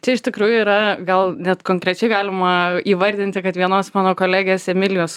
čia iš tikrųjų yra gal net konkrečiai galima įvardinti kad vienos mano kolegės emilijos